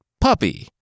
Puppy